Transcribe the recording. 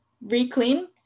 re-clean